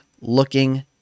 looking